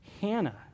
Hannah